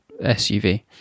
SUV